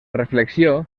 reflexió